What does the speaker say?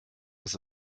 was